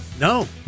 No